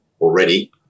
already